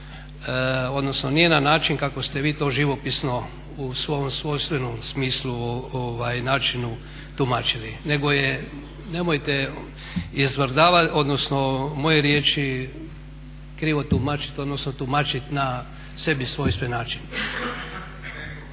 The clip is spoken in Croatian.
odnosno nije na način kako ste vi to živopisno u svom svojstvenom smislu, načinu tumačili nego je, nemojte izvrgavati odnosno moje riječi krivo tumačiti odnosno tumačit na sebi svojstven način.